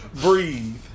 Breathe